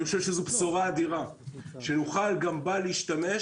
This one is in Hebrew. אני חושב שזו בשורה אדירה שנוכל גם בה להשתמש